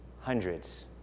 hundreds